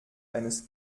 eines